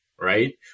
right